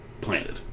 planted